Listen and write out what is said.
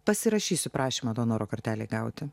pasirašysiu prašymą donoro kortelei gauti